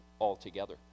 altogether